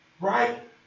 Right